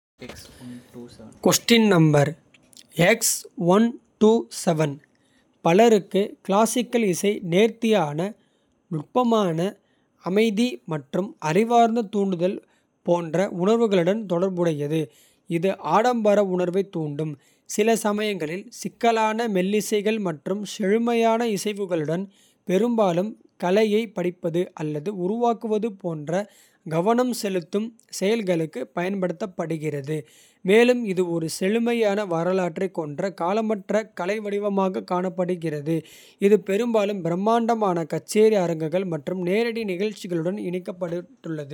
பலருக்கு கிளாசிக்கல் இசை நேர்த்தியான. நுட்பமான அமைதி மற்றும் அறிவார்ந்த தூண்டுதல். போன்ற உணர்வுகளுடன் தொடர்புடையது. இது ஆடம்பர உணர்வைத் தூண்டும் சில சமயங்களில். சிக்கலான மெல்லிசைகள் மற்றும் செழுமையான. இசைவுகளுடன் பெரும்பாலும் கலையைப் படிப்பது. அல்லது உருவாக்குவது போன்ற கவனம் செலுத்தும். செயல்களுக்குப் பயன்படுத்தப்படுகிறது மேலும் இது. ஒரு செழுமையான வரலாற்றைக் கொண்ட காலமற்ற. கலை வடிவமாகக் காணப்படுகிறது இது பெரும்பாலும். பிரமாண்டமான கச்சேரி அரங்குகள் மற்றும் நேரடி. நிகழ்ச்சிகளுடன் இணைக்கப்பட்டுள்ளது.